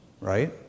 right